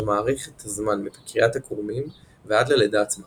מאריך את הזמן מפקיעת הקרומים ועד ללידה עצמה